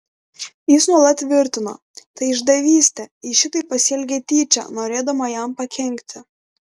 jis nuolat tvirtino tai išdavystė ji šitaip pasielgė tyčia norėdama jam pakenkti